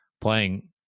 playing